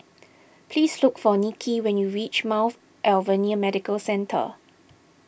please look for Niki when you reach Mount Alvernia Medical Centre